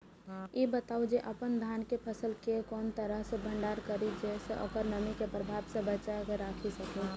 ई बताऊ जे अपन धान के फसल केय कोन तरह सं भंडारण करि जेय सं ओकरा नमी के प्रभाव सं बचा कय राखि सकी?